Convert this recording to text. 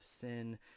sin